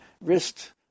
wrist